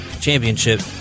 championship